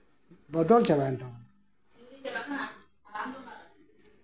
ᱵᱚᱫᱚᱞ ᱪᱟᱵᱟᱭᱮᱱ ᱛᱟᱵᱳᱱᱟ